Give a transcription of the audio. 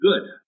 good